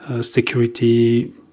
security